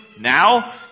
now